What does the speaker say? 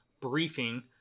briefing